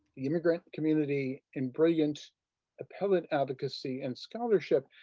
the immigrant community, and brilliant appellate advocacy and scholarship.